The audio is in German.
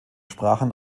sprachen